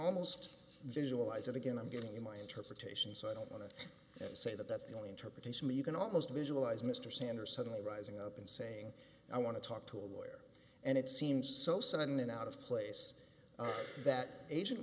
almost visualize it again i'm getting in my interpretation so i don't want to say that that's the only interpretation you can almost visualize mr stander suddenly rising up and saying i want to talk to a lawyer and it seems so sudden and out of place that a